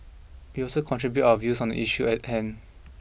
we also contribute our views on the issue at hand